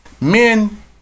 men